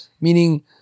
Meaning